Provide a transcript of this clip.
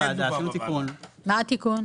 מה התיקון.